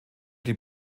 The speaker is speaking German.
die